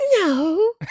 No